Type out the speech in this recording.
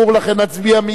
לכן נצביע מייד.